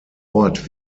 ort